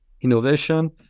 innovation